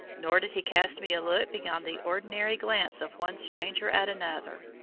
nor did he cast me a look beyond the ordinary glance of one stranger at another.